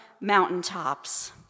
mountaintops